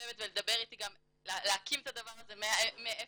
לשבת ולדבר איתי, להקים את הדבר הזה מאפס,